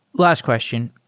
last question.